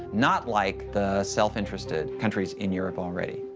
not like the self-interested countries in europe already.